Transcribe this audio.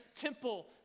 temple